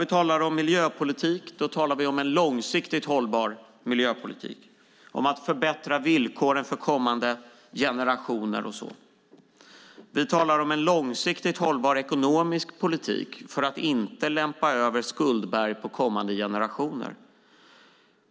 Vi talar om en långsiktigt hållbar miljöpolitik som ska förbättra villkoren för kommande generationer. Vi talar om en långsiktigt hållbar ekonomisk politik för att inte lämpa över skuldberg på kommande generationer.